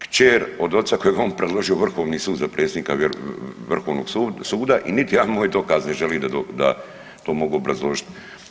Kćer od oca kojeg je on predložio Vrhovni sud, za predsjednika Vrhovnog suda i niti jedan moj dokaz ne želi da to mogu obrazložiti.